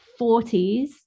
40s